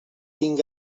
tinc